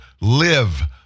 Live